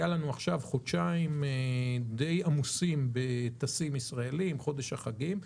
היו לנו עכשיו חודשיים די עמוסים בטסים ישראלים בחודשי החגים.